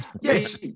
yes